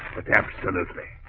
but absolutely